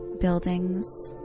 buildings